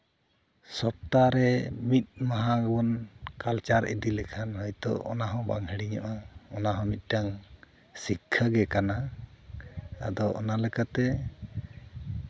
ᱥᱚᱯᱛᱟᱨᱮ ᱢᱤᱫ ᱢᱟᱦᱟ ᱵᱚᱱ ᱠᱟᱞᱪᱟᱨ ᱤᱫᱤ ᱞᱮᱠᱷᱟᱱ ᱦᱚᱭᱛᱳ ᱚᱱᱟ ᱦᱚᱸ ᱵᱟᱝ ᱦᱤᱲᱤᱧᱚᱜᱼᱟ ᱚᱱᱟ ᱦᱚᱸ ᱢᱤᱫᱴᱟᱝ ᱥᱤᱠᱠᱷᱟ ᱜᱮ ᱠᱟᱱᱟ ᱟᱫᱚ ᱚᱱᱟ ᱚᱱᱟ ᱞᱮᱠᱟᱛᱮ